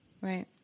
Right